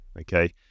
okay